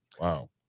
Wow